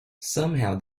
somehow